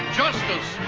justice